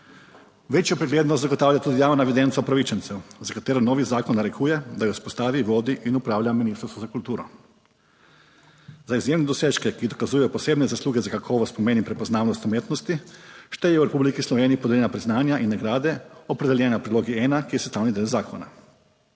Večjo preglednost zagotavlja tudi javna evidenca upravičencev, za katero novi zakon narekuje, da jo vzpostavi, vodi in upravlja Ministrstvo za kulturo. Za izjemne dosežke, ki dokazujejo posebne zasluge za kakovost, pomen in prepoznavnost umetnosti šteje v Republiki Sloveniji podeljena priznanja in nagrade, opredeljene v Prilogi 1, ki je sestavni del zakona;